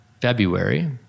February